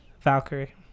Valkyrie